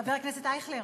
חבר הכנסת אייכלר,